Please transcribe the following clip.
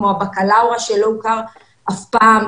כמו הבקלאווה שלא הוכר אף פעם.